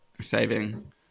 saving